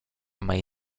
mej